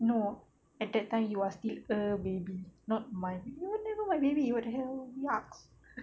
no at that time you are still a baby not mine you would never my baby what the hell yucks